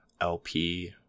LP